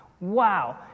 wow